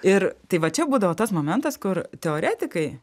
ir tai va čia būdavo tas momentas kur teoretikai